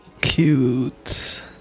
cute